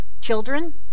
children